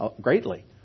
greatly